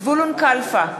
זבולון קלפה,